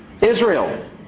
Israel